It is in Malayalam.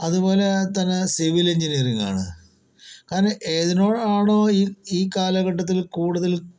അതുപോലെ തന്നെ സിവിൽ എൻജിനിയറിങ്ങാണ് കാരണം ഏതിനോടാണോ ഈ ഈ കാലഘട്ടത്തിൽ കൂടുതൽ